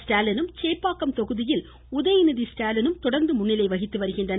ஸ்டாலினும் சேப்பாக்கம் தொகுதியில் உதயநிதி ஸ்டாலினும் தொடா்ந்து முன்னிலை வகித்து வருகின்றனர்